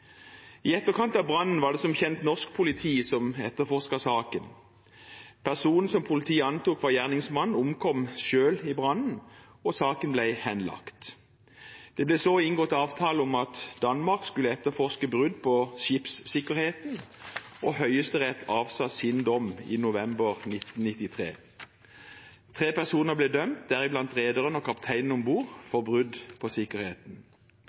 I etterkant av brannen var det som kjent norsk politi som etterforsket saken. Personen som politiet antok var gjerningsmannen, omkom selv i brannen, og saken ble henlagt. Det ble så inngått avtale om at Danmark skulle etterforske brudd på skipssikkerheten, og Høyesterett avsa sin dom i november 1993. Tre personer ble dømt, deriblant rederen og kapteinen om bord, for brudd på sikkerheten.